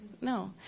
No